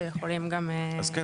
שיכולים גם --- אז כן,